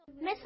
Miss